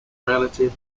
relative